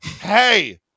Hey